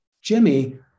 Jimmy